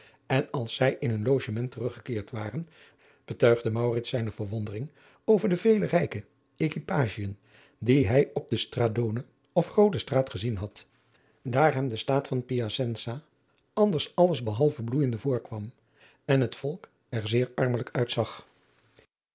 en als zij in hun logement teruggekeerd waren betuigde maurits zijne verwondering over de vele rijke adriaan loosjes pzn het leven van maurits lijnslager equipagien die hij op de stradone of groote straat gezien had daar hem de staat van piacensa anders alles behalve bloeijende voorkwam en het volk er zeer armelijk uitzag